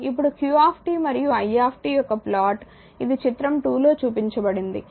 ఇప్పుడు q మరియు i యొక్క ప్లాట్ ఇది చిత్రం 2 లో చూపబడింది